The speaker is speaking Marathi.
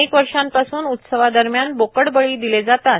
अनेक वर्षापासून उत्सवादरम्यान बोकडबळी दिले जातात